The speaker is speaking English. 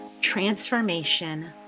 transformation